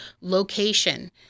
location